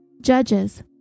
judges